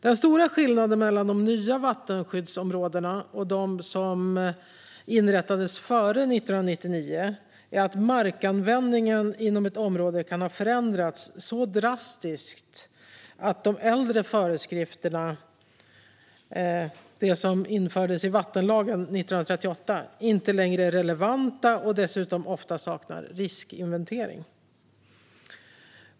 Den stora skillnaden mellan de nya vattenskyddsområdena och de som inrättades före 1999 är att markanvändningen inom ett område kan ha förändrats så drastiskt att de äldre föreskrifterna i vattenlagen från 1938 inte längre är relevanta och dessutom ofta saknar riskinventering.